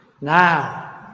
now